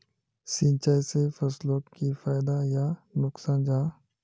सिंचाई से फसलोक की फायदा या नुकसान जाहा?